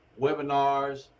webinars